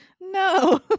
No